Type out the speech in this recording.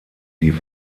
die